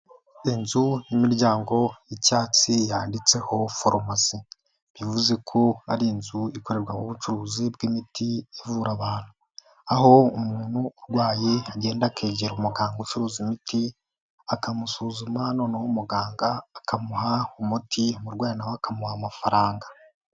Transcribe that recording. Inzu y'imiryango y'icyatsi yanditseho farumasi, bivuze ko ari inzu ikorerwa mu bucuruzi bw'imiti ivura abantu, aho umuntu urwaye agenda akegera umuganga ucuruza imiti akamusuzuma noneho umuganga akamuha umuti umurwayi na we akamuha amafaranga.